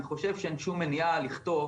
אני חושב שאין שום מניעה לכתוב